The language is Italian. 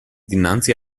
dinanzi